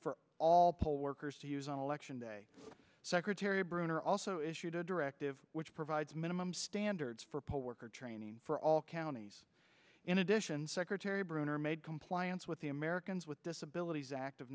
for all poll workers to use on election day secretary bruner also issued a directive which provides minimum standards for poll worker training for all counties in addition secretary bruner made compliance with the americans with disabilities act